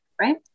right